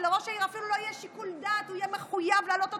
שלראש העיר אפילו לא יהיה שיקול דעת והוא יהיה מחויב להעלות אותה,